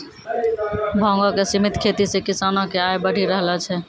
भांगो के सिमित खेती से किसानो के आय बढ़ी रहलो छै